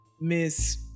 Miss